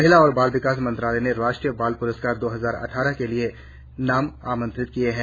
महिला और बाल विकास मंत्रालय ने राष्ट्रीय बाल पुरस्कार दो हजार अटठार के लिए नाम आमंत्रित किये है